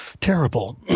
terrible